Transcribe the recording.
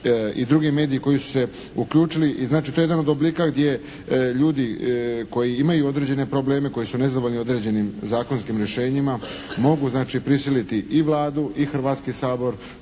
i drugi mediji koji su se uključili. I znači to je jedan od oblika gdje ljudi koji imaju određene probleme, koji su nezadovoljni određenim zakonskim rješenjima mogu znači prisiliti i Vladu i Hrvatski sabor